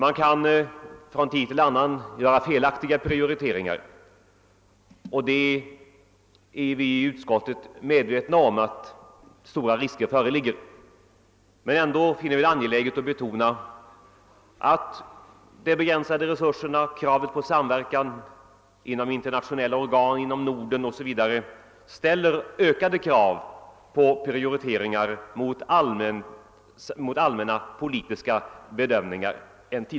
Man kan från tid till annan göra felaktiga prioriteringar, och vi i utskottet är medvetna om att stora risker föreligger härvidlag. Men ändå finner vi det angeläget att betona att de begränsade resurserna och kravet på samverkan inom internationella organ, inom Norden osv. ställer ökade krav på prioriteringar mot bakgrund av allmänna politiska bedömningar.